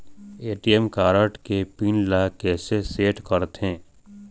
ATM card के pin ला कैसे सेट करथे?